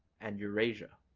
and eurasia.